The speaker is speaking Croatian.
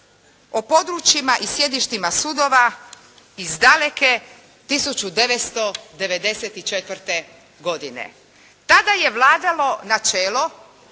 o područjima i sjedištima sudovima iz daleke 1994. godine. Tada je vladalo načelo,